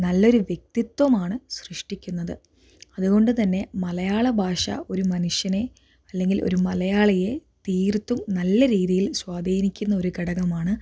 നല്ലൊരു വ്യക്തിത്വമാണ് സൃഷ്ടിക്കുന്നത് അതുകൊണ്ടുതന്നെ മലയാള ഭാഷ ഒരു മനുഷ്യനെ അല്ലെങ്കിൽ ഒരു മലയാളിയെ തീർത്തും നല്ല രീതിയിൽ സ്വാധീനിക്കുന്ന ഒരു ഘടകമാണ്